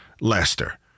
Leicester